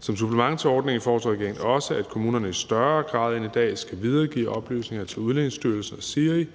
Som supplement til ordningen foreslår regeringen også, at kommunerne i større grad end i dag skal videregive oplysninger til Udlændingestyrelsen og SIRI,